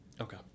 Okay